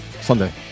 Sunday